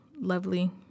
lovely